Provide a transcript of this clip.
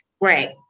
Right